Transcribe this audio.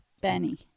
Benny